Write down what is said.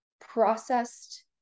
processed